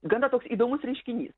gana toks įdomus reiškinys